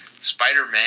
Spider-Man